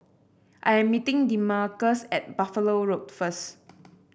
I'm meeting Demarcus at Buffalo Road first